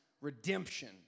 redemption